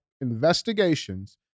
investigations